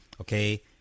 Okay